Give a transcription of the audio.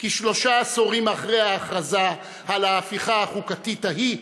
כשלושה עשורים אחרי ההכרזה על ההפיכה החוקתית ההיא,